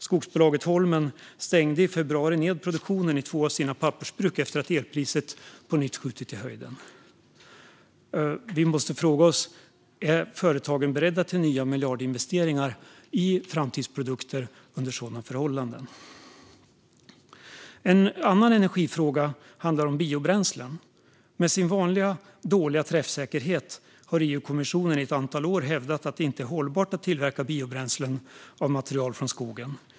Skogsbolaget Holmen stängde i februari ned produktionen i två av sina pappersbruk efter att elpriset på nytt skjutit i höjden. Vi måste fråga oss: Är företagen beredda till nya miljardinvesteringar i framtidsprodukter under sådana förhållanden? En annan energifråga gäller biobränslen. Med sin vanliga dåliga träffsäkerhet har EU-kommissionen i ett antal år hävdat att det inte är hållbart att tillverka biobränslen av material från skogen.